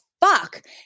fuck